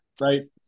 right